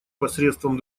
посредством